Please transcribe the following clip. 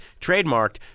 trademarked